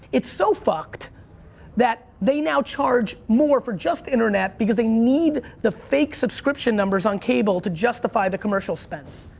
it's so fucked that they now charge more for just internet because they need the fake subscription numbers on cable to justify the commercial expense,